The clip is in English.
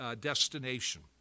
destination